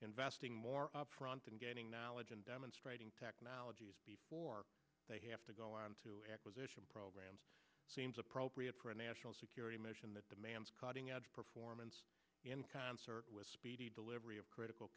investing more upfront in gaining knowledge and demonstrating technologies before they have to go on to acquisition programs seems appropriate for a national security mission that demands cutting edge performance in concert with speedy delivery of critical